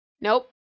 Nope